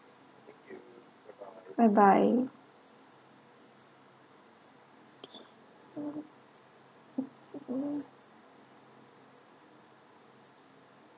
bye bye